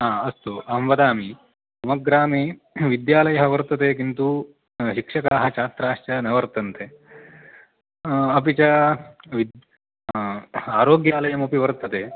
हा अस्तु अहं वदामि मम ग्रामे विद्यालयः वर्तते किन्तु शिक्षकाः छात्राश्च न वर्तन्ते अपि च विद् आरोग्यालयमपि वर्तते